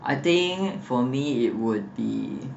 I think for me it would be